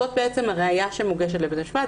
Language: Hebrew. זאת בעצם הראייה שמוגשת לבית המשפט.